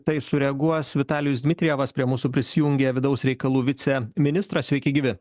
tai sureaguos vitalijus dmitrijevas prie mūsų prisijungė vidaus reikalų viceministras sveiki gyvi